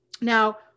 Now